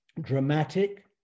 dramatic